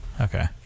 Okay